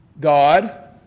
God